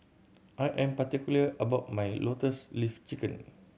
I am particular about my Lotus Leaf Chicken